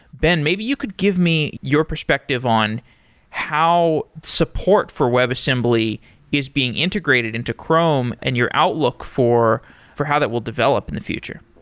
ben, maybe you could give me your perspective on how support for webassembly is being integrated into chrome and your outlook for for how that will develop in the future.